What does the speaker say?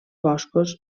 boscos